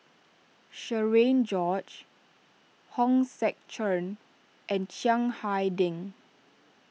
Cherian George Hong Sek Chern and Chiang Hai Ding